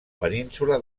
península